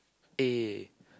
eh